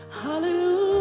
hallelujah